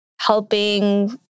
helping